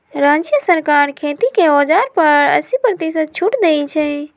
राज्य सरकार खेती के औजार पर अस्सी परतिशत छुट देई छई